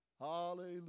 Hallelujah